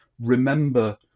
remember